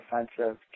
offensive